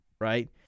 right